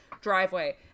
driveway